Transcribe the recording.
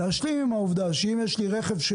להשלים עם העובדה שאם יש לי רכב,